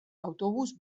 autobus